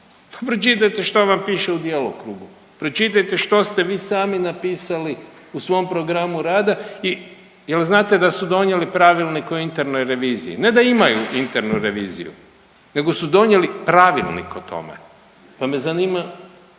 pa pročitajte šta vam piše u djelokrugu, pročitajte što ste vi sami napisali u svom programu rada i jel znate da su donijeli Pravilnik o internoj reviziji, ne da imaju internu reviziju nego su donijeli pravilnik o tome, pa me zanima